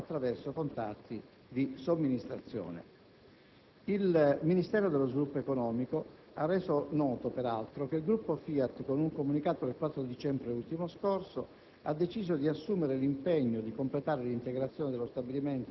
di stabilizzare circa 100 lavoratori in precedenza assunti attraverso contratti di somministrazione. Il Ministero dello sviluppo economico ha reso noto, peraltro, che il Gruppo FIAT, con un comunicato del 4 dicembre ultimo scorso,